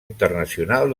internacional